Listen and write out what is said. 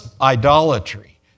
idolatry